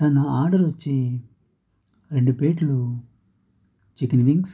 sir నా order వచ్చి రెండు ప్లేట్లు చికెన్ వింగ్స్